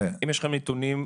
אם יש לכם נתונים,